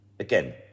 Again